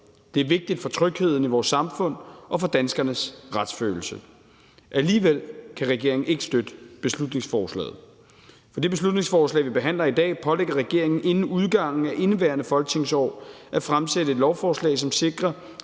Det er vigtigt for trygheden i vores samfund og for danskernes retsfølelse. Alligevel kan regeringen ikke støtte beslutningsforslaget. Det beslutningsforslag, vi behandler i dag, pålægger regeringen inden udgangen af indeværende folketingsår at fremsætte et lovforslag, som sikrer,